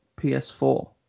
PS4